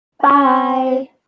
Bye